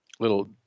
little